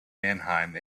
mannheim